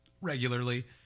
regularly